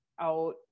out